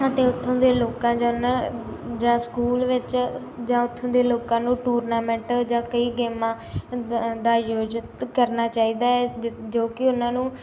ਅਤੇ ਉੱਥੋਂ ਦੇ ਲੋਕਾਂ ਜਾਂ ਉਹਨਾਂ ਜਾਂ ਸਕੂਲ ਵਿੱਚ ਜਾਂ ਉੱਥੋਂ ਦੇ ਲੋਕਾਂ ਨੂੰ ਟੂਰਨਾਮੈਂਟ ਜਾਂ ਕਈ ਗੇਮਾਂ ਦਾ ਦਾ ਆਯੋਜਿਤ ਕਰਨਾ ਚਾਹੀਦਾ ਹੈ ਜ ਜੋ ਕਿ ਉਹਨਾਂ ਨੂੰ